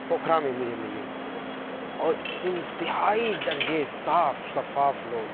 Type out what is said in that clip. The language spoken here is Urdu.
پوکھرا میں مجھے ملی اور انتہائی درجے صاف شفاف لوگ